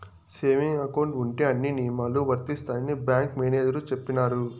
saving account ఉంటే అన్ని నియమాలు వర్తిస్తాయని బ్యాంకు మేనేజర్ చెప్పినారు